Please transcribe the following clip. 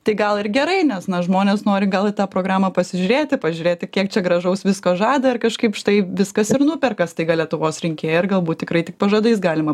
tai gal ir gerai nes na žmonės nori gal į tą programą pasižiūrėti pažiūrėti kiek čia gražaus visko žada ir kažkaip štai viskas ir nuperka staiga lietuvos rinkėją ir galbūt tikrai tik pažadais galima